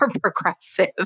progressive